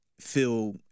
feel